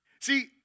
See